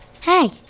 hey